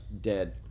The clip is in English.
dead